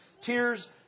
tears